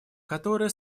которое